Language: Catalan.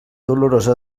dolorosa